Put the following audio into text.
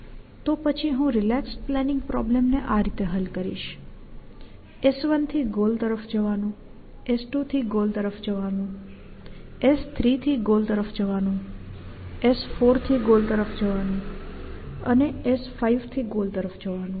તો પછી હું રિલેક્સ પ્લાનિંગ પ્રોબ્લેમને આ રીતે હલ કરીશ S1 થી ગોલ તરફ જવાનું S2 થી ગોલ તરફ જવાનું S3 થી ગોલ તરફ જવાનું S4 થી ગોલ તરફ જવાનું અને S5 થી ગોલ તરફ જવાનું